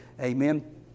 Amen